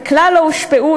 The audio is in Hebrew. וכלל לא הושפעו,